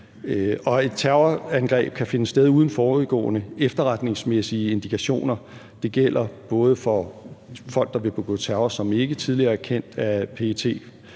Et terrorangreb kan finde sted uden forudgående efterretningsmæssige indikationer. Det gælder både for folk, der vil begå terror, som ikke tidligere er kendt af PET,